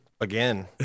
again